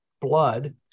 blood